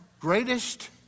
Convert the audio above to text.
greatest